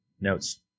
Notes